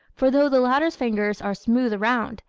for though the latter's fingers are smooth around,